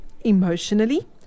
emotionally